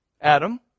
Adam